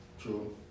True